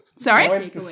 Sorry